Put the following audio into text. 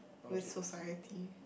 with society